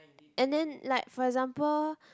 and then like for example